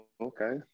okay